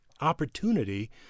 opportunity